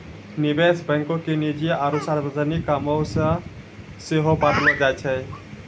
निवेश बैंको के निजी आरु सार्वजनिक कामो के सेहो बांटलो जाय छै